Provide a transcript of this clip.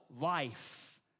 life